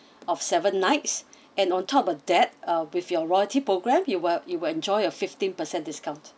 of seven nights and on top of that uh with your royalty program you will you will enjoy a fifteen percent discount